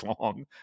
long